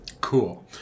cool